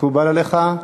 מקובל עליך?